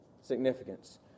significance